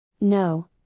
No